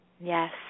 Yes